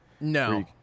No